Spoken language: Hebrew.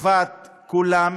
לטובת כולם,